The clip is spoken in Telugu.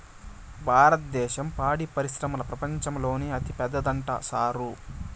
భారద్దేశం పాడి పరిశ్రమల ప్రపంచంలోనే అతిపెద్దదంట సారూ